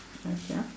uh ya